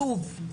שוב,